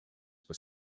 were